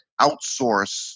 outsource